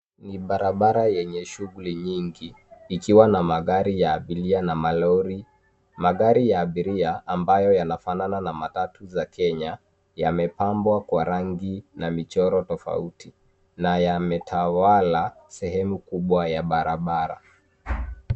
Ni barabara yenye shughuli nyingi, ikiwa na magari ya abiria na malori. Magari ya abiria ambayo yanafanana na matatu za Kenya, yamepambwa kwa rangi na michoro tofauti na yametawala sehemu kubwa ya barabara.